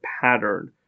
pattern